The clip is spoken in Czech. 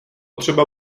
třeba